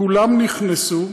כולם נכנסו,